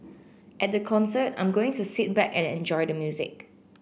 at the concert I'm going to sit back and enjoy the music